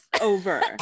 over